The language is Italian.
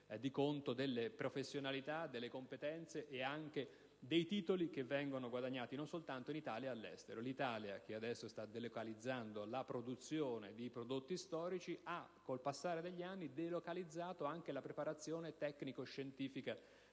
conto delle professionalità, delle competenze e anche dei titoli che vengono guadagnati, non soltanto in Italia ma anche all'estero. Il nostro Paese, che adesso sta delocalizzando la produzione di prodotti storici, con il passare degli anni ha delocalizzato anche la preparazione tecnico‑scientifica